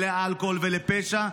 לאלכוהול ולפשע,